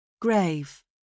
Grave